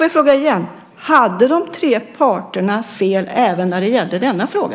Jag frågar igen: Hade de tre parterna fel även när det gällde denna fråga?